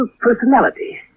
personality